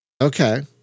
Okay